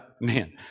man